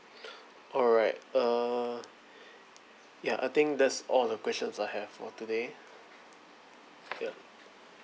alright uh ya I think that's all the questions I have for today yeah